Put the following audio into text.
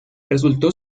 resultó